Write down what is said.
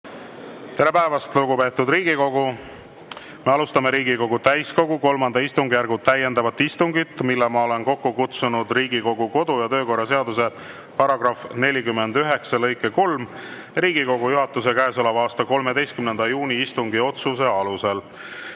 Tere päevast, lugupeetud Riigikogu! Me alustame Riigikogu täiskogu III istungjärgu täiendavat istungit, mille ma olen kokku kutsunud Riigikogu kodu‑ ja töökorra seaduse § 49 lõike 3 ja Riigikogu juhatuse käesoleva aasta 13. juuni istungi otsuse alusel